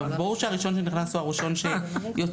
אבל ברור שהראשון שנכנס הוא הראשון שיוצא,